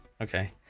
okay